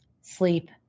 sleep